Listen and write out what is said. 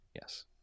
Yes